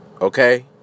Okay